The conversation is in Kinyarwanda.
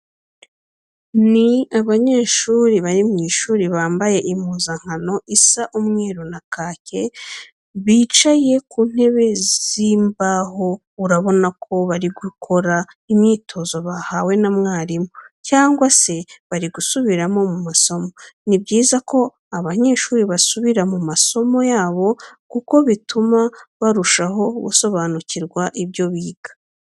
Ni abanyeshuri bari mu ishuri bambaye impuzankano isa umweru na kake. Bicaye ku ntebe z'imbaho urabona ko bari gukora imyitozo bahawe na mwarimu cyangwa se bari gusubira mu masomo. Ni byiza ko abanyeshuri basubira mu masomo yabo kuko bituma barushaho gusobanukirwa ibyo biga.